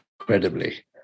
incredibly